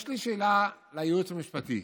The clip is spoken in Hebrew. יש לי שאלה לייעוץ המשפטי: